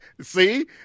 See